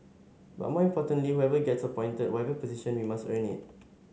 but more importantly whoever gets appointed whatever position we must earn it